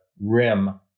rim